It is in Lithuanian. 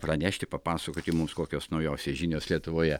pranešti papasakoti mums kokios naujausios žinios lietuvoje